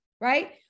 right